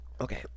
Okay